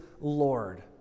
Lord